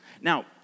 Now